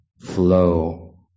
flow